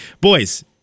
boys